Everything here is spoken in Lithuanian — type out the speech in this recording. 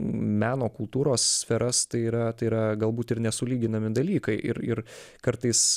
meno kultūros sferas tai yra tai yra galbūt ir nesulyginami dalykai ir ir kartais